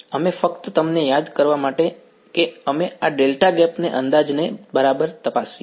અમે ફક્ત તમને યાદ કરાવવા માટે કે અમે આ ડેલ્ટા ગેપ અંદાજને બરાબર તપાસીએ